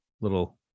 little